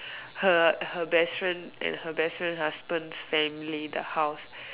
her her best friend and her best friend husband's family the house